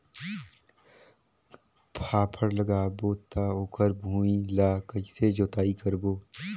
फाफण लगाबो ता ओकर भुईं ला कइसे जोताई करबो?